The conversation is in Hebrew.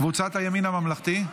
קבוצת הימין הממלכתי?